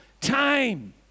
time